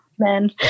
men